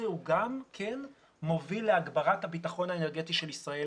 הוא גם מוביל להגברת הביטחון האנרגטי של ישראל.